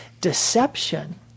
deception